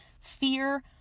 fear